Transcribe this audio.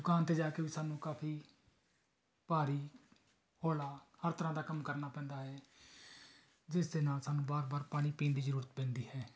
ਦੁਕਾਨ 'ਤੇ ਜਾ ਕੇ ਵੀ ਸਾਨੂੰ ਕਾਫ਼ੀ ਭਾਰੀ ਹੌਲਾ ਹਰ ਤਰਾਂ ਦਾ ਕੰਮ ਕਰਨਾ ਪੈਂਦਾ ਹੈ ਜਿਸ ਦੇ ਨਾਲ ਸਾਨੂੰ ਵਾਰ ਵਾਰ ਪਾਣੀ ਪੀਣ ਦੀ ਜ਼ਰੂਰਤ ਪੈਂਦੀ ਹੈ